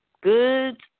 good